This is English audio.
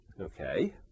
Okay